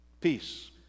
Peace